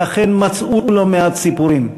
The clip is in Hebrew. ואכן מצאו לא מעט סיפורים: